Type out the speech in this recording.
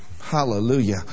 hallelujah